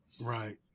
Right